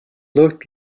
looked